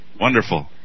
wonderful